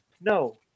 no